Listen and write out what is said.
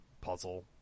puzzle